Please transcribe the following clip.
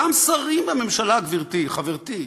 גם שרים בממשלה, גברתי, חברתי,